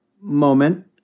moment